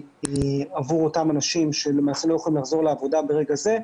עבור אותם אנשים שלא יכולים לחזור לעבודה ברגע זה.